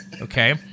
okay